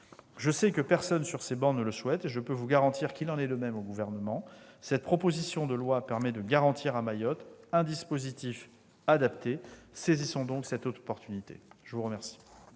Je sais que personne sur ces travées ne le souhaite et je peux vous garantir qu'il en est de même au Gouvernement. Cette proposition de loi permet de garantir à Mayotte un dispositif adapté ; saisissons donc cette occasion ! La parole